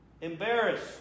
embarrassed